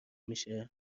میشه